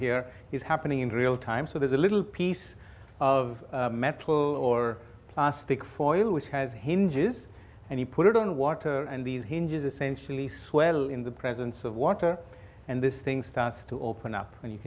here is happening in real time so there's a little piece of metal or plastic for oil which has hinges and you put it on water and these hinges essentially swell in the presence of water and this thing starts to open up and you